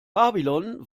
babylon